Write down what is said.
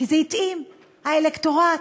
כי זה התאים, האלקטורט.